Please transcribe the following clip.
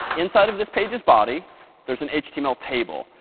inside of this page's body there's an html table.